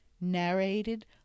narrated